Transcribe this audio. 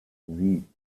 sie